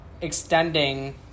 extending